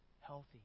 healthy